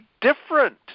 different